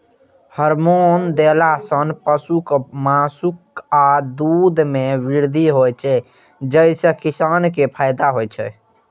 hormone देला सं पशुक मासु आ दूध मे वृद्धि होइ छै, जइसे किसान कें फायदा होइ छै